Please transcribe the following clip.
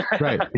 Right